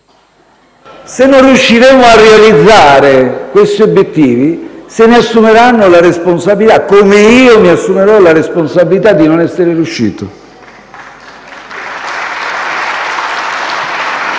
se non riusciremo a realizzare questi obiettivi se ne assumeranno la responsabilità, come io mi assumerò la responsabilità di non essere riuscito.